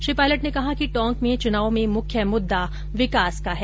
श्री पायलट ने कहा कि टोंक में चुनाव में मुख्य मुददा विकास का है